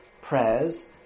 prayers